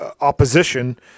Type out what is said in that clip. opposition